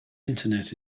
internet